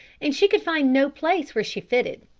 and she could find no place where she fitted.